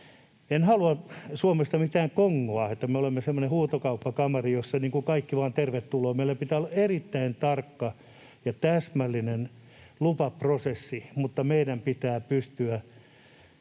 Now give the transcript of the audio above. En halua Suomesta mitään Kongoa, niin että me olisimme semmoinen huutokauppakamari, johon niin kuin kaikki vain tervetuloa, vaan meillä pitää olla erittäin tarkka ja täsmällinen lupaprosessi, mutta meidän pitää pystyä